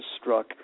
struck